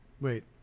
wait